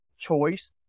choice